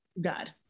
God